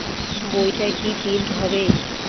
বইটা কি প্রিন্ট হবে?